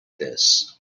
this